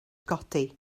godi